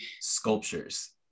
Sculptures